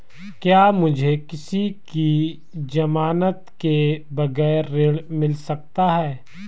क्या मुझे किसी की ज़मानत के बगैर ऋण मिल सकता है?